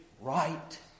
right